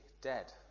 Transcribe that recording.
dead